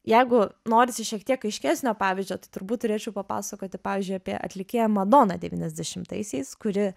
jeigu norisi šiek tiek aiškesnio pavyzdžio tai turbūt turėčiau papasakoti pavyzdžiui apie atlikėją madoną devyniasdešimtaisiais kuri